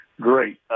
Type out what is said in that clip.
Great